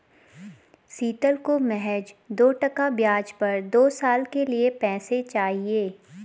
शीतल को महज दो टका ब्याज पर दो साल के लिए पैसे चाहिए